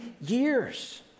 years